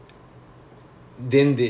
then they know you are doing computer science